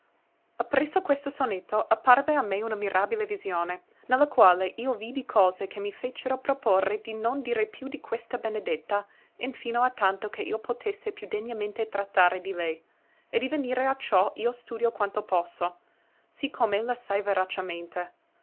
e appresso questo sonetto apparve a me una mirabile visione ne la quale io vidi cose che mi fecero proporre di non dire più di questa benedetta infino a tanto che io potesse più degnamente trattare di lei e di venire a ciò io studio quanto posso sì